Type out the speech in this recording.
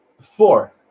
four